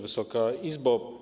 Wysoka Izbo!